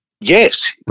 Yes